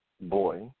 boy